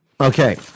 Okay